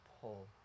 pull